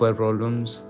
problems